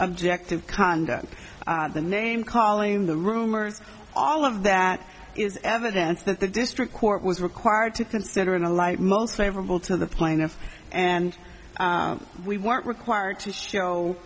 objective conduct of the name calling the rumors all of that is evidence that the district court was required to consider in the light most favorable to the plaintiff and we weren't required to show